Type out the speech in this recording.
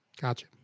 gotcha